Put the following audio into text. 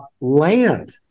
land